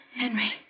Henry